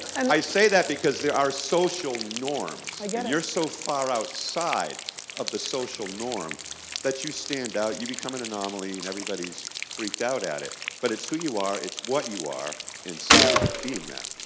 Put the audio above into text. and i say that because there are social norms i get it. you're so far outside of the social norm that you stand out, you become an anomaly, and everybody's freaked out at it. but it's who you are, it's what you are. and stay being that.